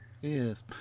Yes